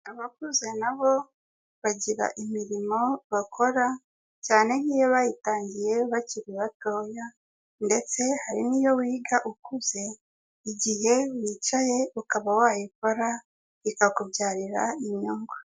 Abakuze na bo bagira imirimo bakora cyane nk'iyo bayitangiye bakiri batoya ndetse hari n'iyo wiga ukuze igihe wicaye ukaba wayikora ikakubyarira inyungu.